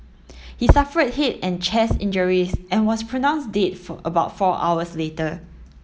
he suffered head and chest injuries and was pronounced dead for about four hours later